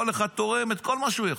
כל אחד תורם את כל מה שהוא יכול.